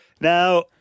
Now